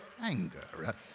anger